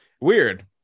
Weird